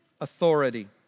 authority